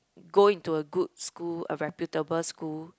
go into a good school a reputable school